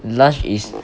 lunch is